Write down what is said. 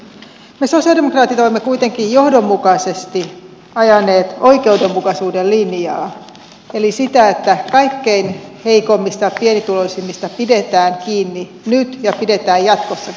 me sosialidemokraatit olemme kuitenkin johdonmukaisesti ajaneet oikeudenmukaisuuden linjaa eli sitä että kaikkein heikoimmista ja pienituloisimmista pidetään kiinni nyt ja pidetään jatkossakin